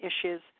issues